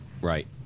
Right